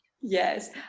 yes